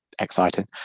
exciting